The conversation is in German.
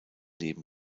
leben